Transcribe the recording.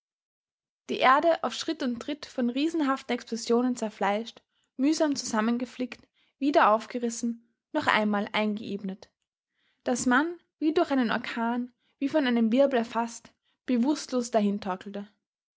die erde auf schritt und tritt von riesenhaften explosionen zerfleischt mühsam zusammengeflickt wieder aufgerissen noch einmal eingeebnet daß man wie durch einen orkan wie von einem wirbel erfaßt bewußtlos